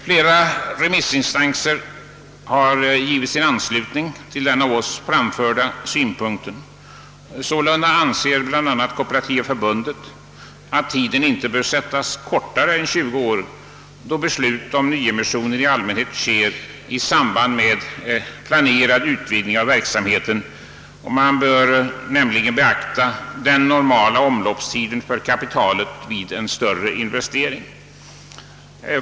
Flera remissinstanser har anslutit sig till den av oss framförda synpunkten. Sålunda anser bl.a. Kooperativa förbundet att tiden inte bör sättas kortare än till 20 år, då beslut om nyemissioner i allmänhet fattas i samband med planerad utvidgning av verksamheten och man bör beakta den normala omloppstiden för kapitalet vid en större investering.